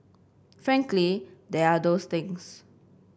frankly there are those things